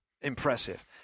Impressive